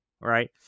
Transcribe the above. right